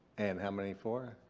and how many for?